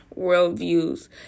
worldviews